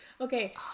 okay